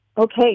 Okay